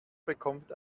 bekommt